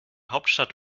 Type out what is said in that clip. hauptstadt